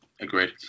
Agreed